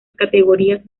categorías